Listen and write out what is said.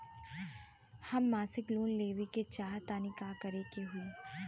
हम मासिक लोन लेवे के चाह तानि का करे के होई?